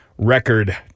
record